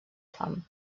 fam